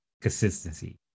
consistency